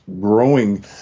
growing